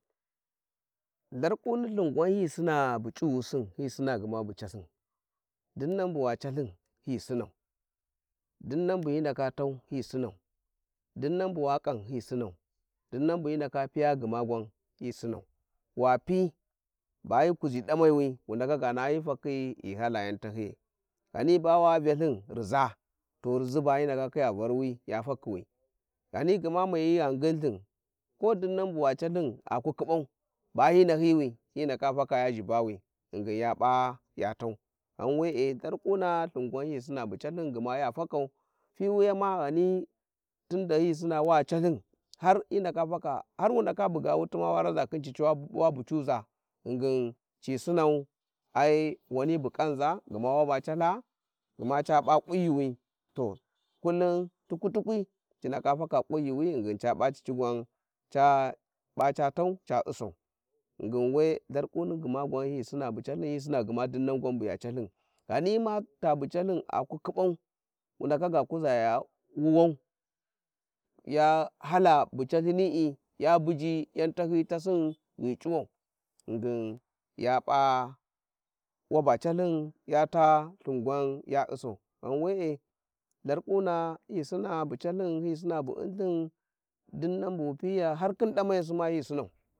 Lharkuni Ithin gwan hi sini bu c'ughu hi sina gma bu calthin, hi sinau, dinnan bu hi ndaka tau hi sinau, dinnan bu wa kan hi sinau, dinnan bu hi ndaka piya gma gwan hi sinau, wa pi ba hi kuzi damai wi wundaka ga naha hi fakhi ghi hala yan tahyiyai ghani ba wa vyalthin riza to rizi ba hi ndake khiya varwi ja fakhiwi, ghani gma may. Gha nginthin, ko dinnan buwa calthin aku khibau, ba hi nahyi wi hi ndaka faka zhibawi gringin ya p`a ya tau, ghan Lharkuna lthin gwan hisina bu calthin gma ya Fakau, fiwiya Ma qhani, tunda hi Sina Wa Calthin, har hi ndakafaka, har wu ndaka buga wuti ma wa raza khin cici wa bucuza ghingin ci Sinau al wani bu kanza gma waba caltha gma ca p`a kunyiwi to kullum - tukwi-tukuri ci ndaka taka, kunyiwi ghingin quan ca p`a caci gwan ca p`a ca tau ca u'sau, ghingin we tharkuni gma gwan hi sina bu calthin hi Sina gma dinnan gwa buya Calthin, ghani mata bu Calthin a ku khibau, Wundatka ga kuzau ya wuwau, ya hala bu Calthinri ya buji ya tahyiyi tasini ghi c'uwau ghingin ya p`a yaba calthin ya ta thin gwan ya u`sau buu'nlthin, dinnan bu wu'piya, har khin damayasi ma hi sinau.